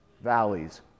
valleys